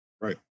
Right